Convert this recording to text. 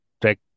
track